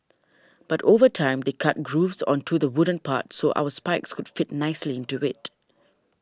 but over time they cut grooves onto the wooden part so our spikes could fit nicely into it